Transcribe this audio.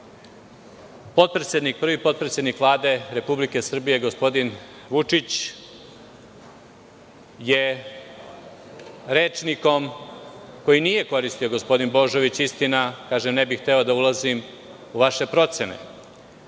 odluke.Međutim, prvi potpredsednik Vlade Republike Srbije, gospodin Vučić, je rečnikom koji nije koristio gospodin Božović istina, kažem ne bih hteo da ulazim u vaše procene,